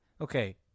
Okay